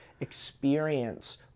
experience